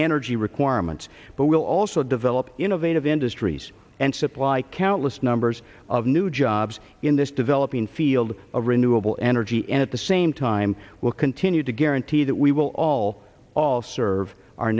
energy requirements but will also develop innovative industries and supply countless numbers of new jobs in this developing field of renewable energy and at the same time will continue to guarantee that we will all all